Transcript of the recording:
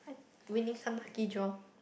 winning some lucky draw